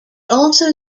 also